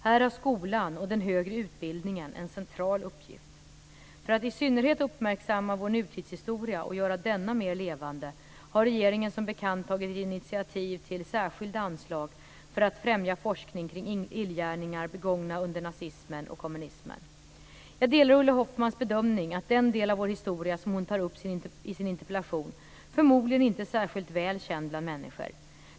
Här har skolan och den högre utbildningen en central uppgift. För att i synnerhet uppmärksamma vår nutidshistoria och göra denna mer levande har regeringen som bekant tagit initiativ till särskilda anslag för att främja forskning kring illgärningar begångna under nazismen och kommunismen. Jag delar Ulla Hoffmanns bedömning att den del av vår historia som hon tar upp i sin interpellation förmodligen inte är särskilt väl känd bland människor.